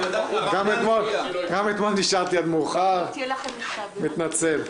גם אתמול נשארתי עד מאוחר, מתנצל.